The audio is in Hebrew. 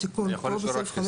יאסר חוג'יראת (רע"מ,